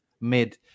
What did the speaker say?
mid